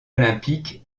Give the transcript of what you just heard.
olympique